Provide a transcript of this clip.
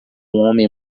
homem